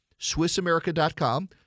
SwissAmerica.com